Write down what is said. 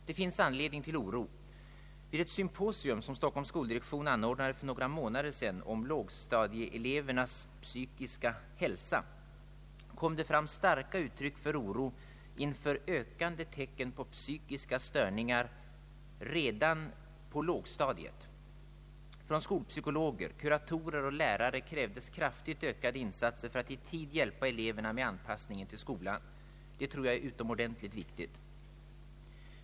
Det finns anledning till oro. Vid ett symposium, som Stockholms skoldirektion anordnade för några månader sedan om lågstadieelevernas psykiska hälsa, kom det fram starka uttryck av oro inför ökande tecken på psykiska störningar redan på lågstadiet. Från skolpsykologer, kuratorer och lärare krävdes kraftigt ökade insatser för att i tid hjälpa eleverna med anpassningen till skolan. Det tror jag är utomordentligt viktigt.